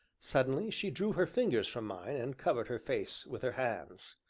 suddenly she drew her fingers from mine, and covered her face with her hands.